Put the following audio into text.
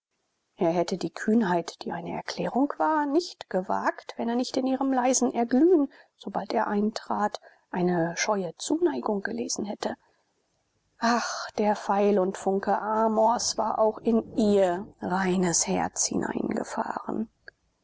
er hätte die kühnheit die eine erklärung war nicht gewagt wenn er nicht in ihrem leisen erglühen sobald er eintrat eine scheue zuneigung gelesen hätte ach der pfeil und funke amors war auch in ihr reines herz hineingefahren